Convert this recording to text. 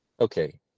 okay